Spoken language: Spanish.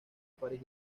paris